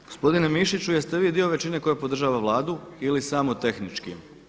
Gospodine Mišiću jest li vi dio većine koja podržava Vladu ili samo tehnički?